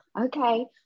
okay